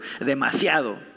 demasiado